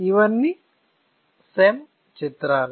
ఇవన్నీ SEM చిత్రాలు